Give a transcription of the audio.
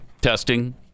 testing